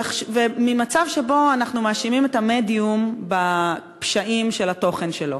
וממצב שבו אנחנו מאשימים את המדיום בפשעים של התוכן שלו.